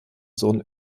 sohn